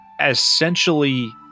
essentially